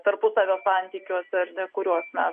tarpusavio santykiuose kuriuos mes